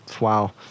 wow